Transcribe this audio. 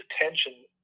attention